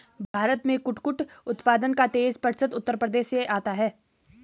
भारत में कुटकुट उत्पादन का तेईस प्रतिशत उत्तर प्रदेश से आता है